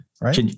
right